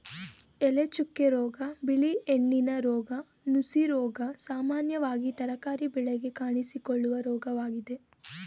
ಎಲೆಚುಕ್ಕೆ ರೋಗ, ಬಿಳಿ ಹೆಣ್ಣಿನ ರೋಗ, ನುಸಿರೋಗ ಸಾಮಾನ್ಯವಾಗಿ ತರಕಾರಿ ಬೆಳೆಗೆ ಕಾಣಿಸಿಕೊಳ್ಳುವ ರೋಗವಾಗಿದೆ